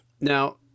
now